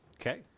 Okay